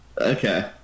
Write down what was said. Okay